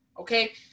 okay